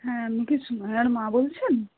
হ্যাঁ আপনি কি স্নেহার মা বলছেন